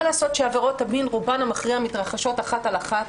מה לעשות שעבירות המין רובן המכריע מתרחשות אחד על אחד,